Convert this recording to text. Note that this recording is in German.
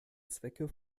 zwecke